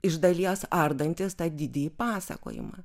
iš dalies ardantys tą didįjį pasakojimą